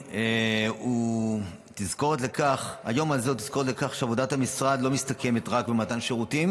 היום הזה הוא תזכורת לכך שעבודת המשרד לא מסתכמת רק במתן שירותים